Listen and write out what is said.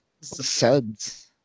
suds